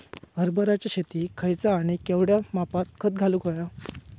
हरभराच्या शेतात खयचा आणि केवढया मापात खत घालुक व्हया?